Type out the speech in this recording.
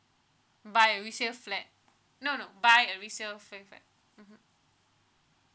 buy a resale flat no no buy a resale f~ flat mmhmm